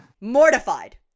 Mortified